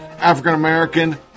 African-American